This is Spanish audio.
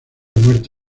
muerte